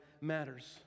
matters